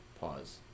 pause